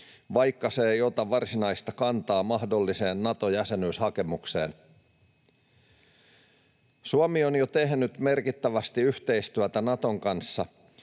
vaikka se ei ota varsinaista kantaa mahdolliseen Nato-jäsenyyshakemukseen. Suomi on jo tehnyt merkittävästi yhteistyötä Naton kanssa,